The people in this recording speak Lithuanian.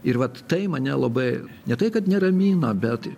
ir vat tai mane labai ne tai kad neramina bet